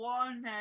one